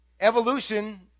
Evolution